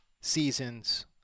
seasons